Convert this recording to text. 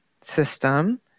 system